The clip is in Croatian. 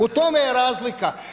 U tome je razlika.